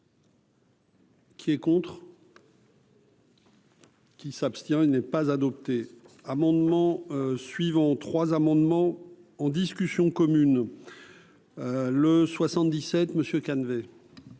Qui est contre. Qui s'abstient, il n'est pas adopté. Amendements suivant 3 amendements en discussion commune le 77 Monsieur